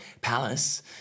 palace